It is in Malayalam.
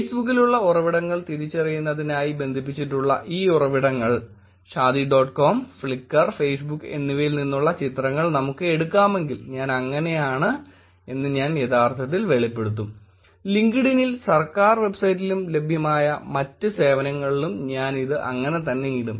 ഫെയ്സ്ബുക്കിലുള്ള ഉറവിടങ്ങൾ തിരിച്ചറിയുന്നതിനായി ബന്ധിപ്പിച്ചിട്ടുള്ള ഈ ഉറവിടങ്ങൾ Shaadi dot com Flickr Facebook എന്നിവയിൽ നിന്നുള്ള ചിത്രങ്ങൾ നമുക്ക് എടുക്കാമെങ്കിൽ ഞാൻ അങ്ങനെയാണ് എന്ന് ഞാൻ യഥാർത്ഥത്തിൽ വെളിപ്പെടുത്തും ലിങ്ക്ഡിനിൽ സർക്കാർ വെബ്സൈറ്റിലും ലഭ്യമായ മറ്റ് സേവനങ്ങളിലും ഞാൻ ഇത് അങ്ങനെ തന്നെ ഇടും